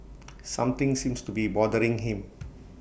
something seems to be bothering him